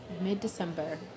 mid-December